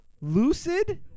Lucid